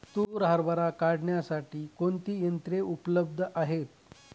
तूर हरभरा काढण्यासाठी कोणती यंत्रे उपलब्ध आहेत?